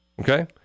Okay